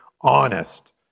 honest